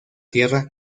tierra